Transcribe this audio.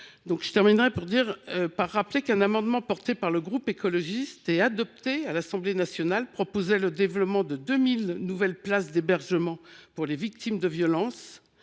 terminer, je rappellerai qu’un amendement porté par le groupe écologiste de l’Assemblée nationale et visant à développer 2 000 nouvelles places d’hébergement pour les victimes de violences